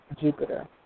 Jupiter